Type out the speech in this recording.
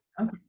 okay